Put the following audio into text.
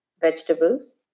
vegetables